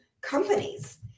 companies